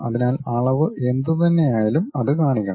അതിനാൽ അളവ് എന്ത് തന്നെ ആയാലും അത് കാണിക്കണം